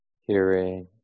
Hearing